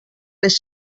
les